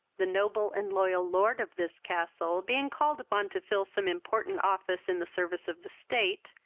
the noble and loyal lord of this castle, being called upon to fill some important office in the service of the state,